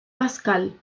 pascal